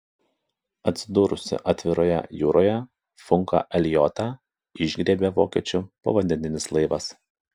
atsidūrusį atviroje jūroje funką eliotą išgriebė vokiečių povandeninis laivas